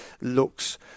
looks